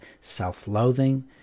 self-loathing